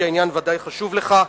כי העניין ודאי חשוב לך,